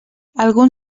algun